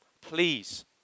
Please